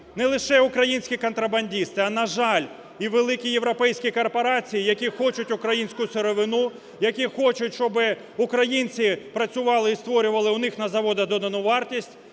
не лише українські контрабандисти, а, на жаль, і великі європейські корпорації, які хочуть українську сировину, які хочуть, щоби українці працювали і створювали у них на заводах додану вартість.